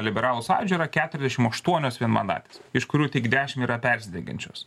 liberalų sąjūdžio yra keturiasdešim aštuonios vienmandatės iš kurių tik dešim yra persidengiančios